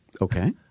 okay